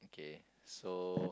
okay so